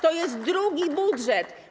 To jest drugi budżet.